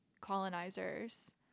colonizers